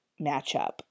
matchup